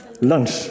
Lunch